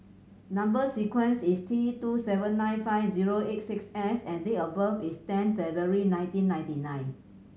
number sequence is T two seven nine five zero eight six S and date of birth is ten February nineteen ninety nine